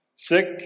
Sick